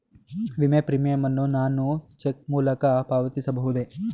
ವಿಮೆ ಪ್ರೀಮಿಯಂ ಅನ್ನು ನಾನು ಚೆಕ್ ಮೂಲಕ ಪಾವತಿಸಬಹುದೇ?